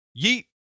Yeet